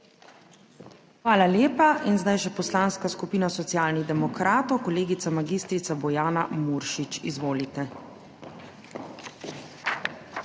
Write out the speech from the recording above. Hvala lepa. In zdaj še Poslanska skupina Socialnih demokratov, kolegica mag. Bojana Muršič. Izvolite.